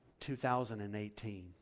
2018